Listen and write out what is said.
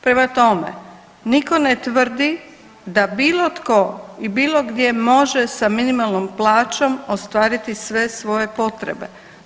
Prema tome, nitko ne tvrdi da bilo tko i bilo gdje može sa minimalnom plaćom ostvariti sve svoje potrebe.